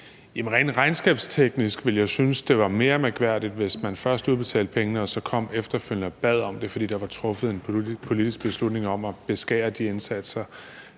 Rent regnskabsteknisk ville jeg synes, det var mere mærkværdigt, hvis man først udbetalte pengene og så efterfølgende kom og bad om dem igen, fordi der var truffet en politisk beslutning om at beskære de indsatser.